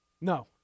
No